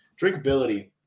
Drinkability